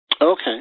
Okay